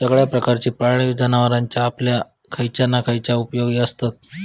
सगळ्या प्रकारची पाळीव जनावरां आपल्या खयल्या ना खयल्या उपेगाची आसततच